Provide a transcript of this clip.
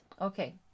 Okay